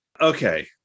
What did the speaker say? okay